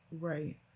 Right